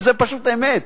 זאת פשוט אמת.